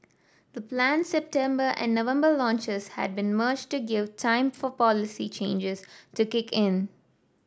the planned September and November launches had been merged to give time for policy changes to kick in